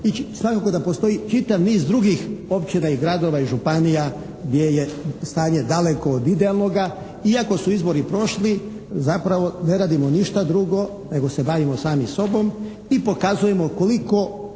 i svakako da postoji čitav niz drugih općina i gradova i županija gdje je stanje daleko od idealnoga. Iako su izbori prošli zapravo ne radimo ništa drugo nego se bavimo sami sobom i pokazujemo koliko